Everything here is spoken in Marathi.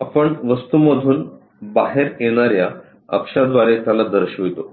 आपण वस्तूमधून बाहेर येणाऱ्या अक्षाद्वारे त्याला दर्शवितो